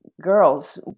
girls